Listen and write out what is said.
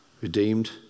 Redeemed